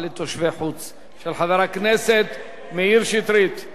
של חבר הכנסת מאיר שטרית, מי בעד, רבותי?